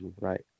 right